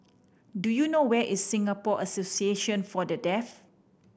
do you know where is Singapore Association For The Deaf